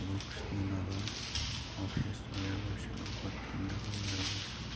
ꯊꯕꯛ ꯁꯨꯅꯕ ꯑꯣꯐꯤꯁ ꯑꯣꯏꯔꯕꯁꯨ ꯍꯣꯇꯦꯜꯗꯕꯨ ꯑꯣꯏꯔꯕꯁꯨ